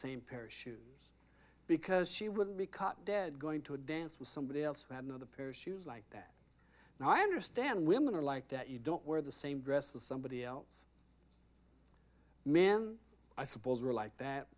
same pair of shoes because she wouldn't be caught dead going to a dance with somebody else who had another pair of shoes like that now i understand women are like that you don't wear the same dress as somebody else man i suppose or like that